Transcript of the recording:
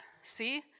See